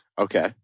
Okay